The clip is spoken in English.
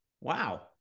Wow